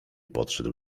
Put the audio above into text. podszedł